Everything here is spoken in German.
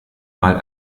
mal